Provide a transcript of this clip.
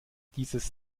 dieses